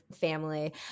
family